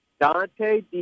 Dante